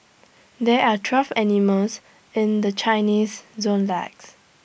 there are twelve animals in the Chinese Zodiac